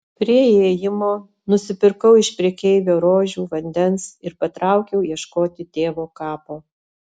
prie įėjimo nusipirkau iš prekeivio rožių vandens ir patraukiau ieškoti tėvo kapo